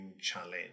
challenge